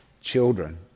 Children